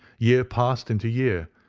year passed into year,